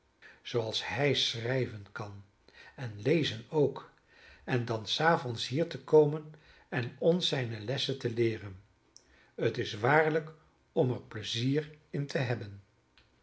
zooals hij schrijven kan en lezen ook en dan s avonds hier te komen en ons zijne lessen te leeren het is waarlijk om er pleizier in te hebben